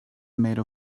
made